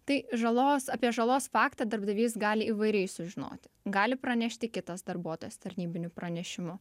tai žalos apie žalos faktą darbdavys gali įvairiai sužinoti gali pranešti kitas darbuotojas tarnybiniu pranešimu